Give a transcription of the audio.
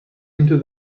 into